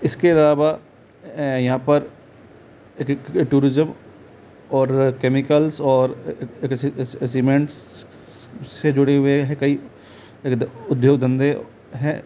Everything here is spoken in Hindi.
इसके इलावा यहाँ पर टूरिज्म और कैमिकल्स और सिमेंट्स से जुड़े हुए कई उद्योग धन्दे हैं